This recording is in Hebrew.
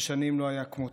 שש שנים לא היה כמותו.